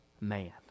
man